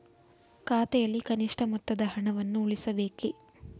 ಖಾತೆಯಲ್ಲಿ ಕನಿಷ್ಠ ಮೊತ್ತದ ಹಣವನ್ನು ಉಳಿಸಬೇಕೇ?